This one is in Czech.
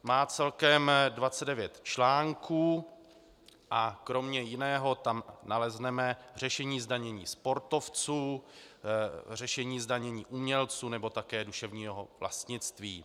Má celkem 29 článků a kromě jiného tam nalezneme řešení zdanění sportovců, řešení zdanění umělců nebo také duševního vlastnictví.